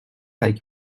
avec